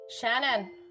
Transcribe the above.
Shannon